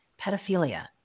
pedophilia